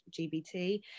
GBT